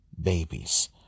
babies